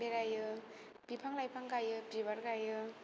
बेरायो बिफां लायफां गायो बिबार गायो